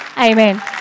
Amen